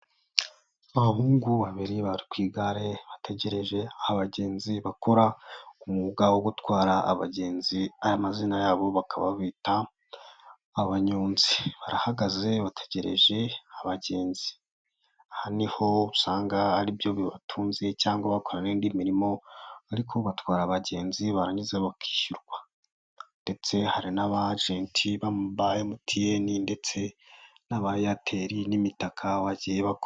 Abahungu babiri bari ku igare, bategereje abagenzi, bakora umwuga wo gutwara abagenzi, amazina yabo bakabata abanyonzi. Barahagaze bategereje abagenzi, aha niho usanga aribyo bibatunze cyangwa bakora indi mirimo, ariko batwara abagenzi barangiza bakishyurwa. Ndetse hari n'abagenti ba MTN ndetse n'aba Airtel n'imitaka bagiye bakora.